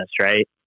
right